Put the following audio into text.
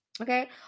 okay